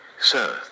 Sir